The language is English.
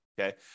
Okay